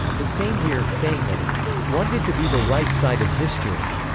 the same year, saying that it wanted to be the right side of history,